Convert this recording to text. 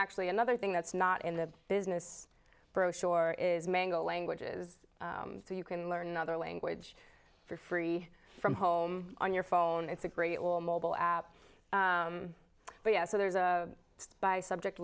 actually another thing that's not in the business brochure is mangled languages so you can learn another language for free from home on your phone it's a great all mobile app but yes so there's a by subject